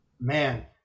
man